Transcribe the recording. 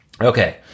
Okay